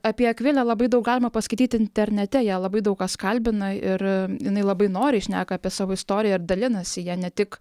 apie akvilę labai daug galima paskaityti internete ją labai daug kas kalbina ir jinai labai noriai šneka apie savo istoriją ir dalinasi ja ne tik